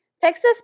Texas